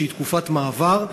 שהיא תקופת מעבר,